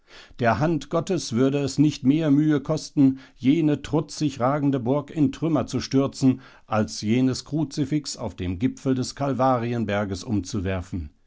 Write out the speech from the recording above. der hand gottes würde es nicht mehr mühe kosten jene trutzig ragende burg in trümmer zu stürzen als jenes kruzifix auf dem gipfel des kalvarienberges umzuwerfen